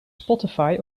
spotify